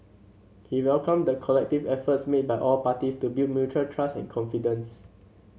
he welcomed the collective efforts made by all parties to build mutual trust and confidence